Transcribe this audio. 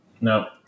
No